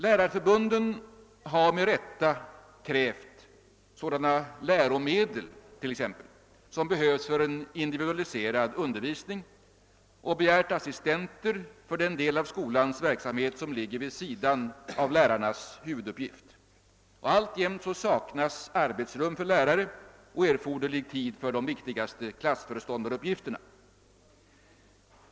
Lärarförbunden har med rätta krävt t.ex. sådana läromedel som behövs för en individualiserad undervisning och begärt assistenter för den del av skolans verksamhet som ligger vid sidan av lärarnas huvuduppgift. Alltjämt saknas arbetsrum för lärare och erforderlig tid för de viktigaste klassföreståndaruppgifterna.